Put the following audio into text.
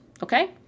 Okay